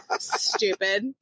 Stupid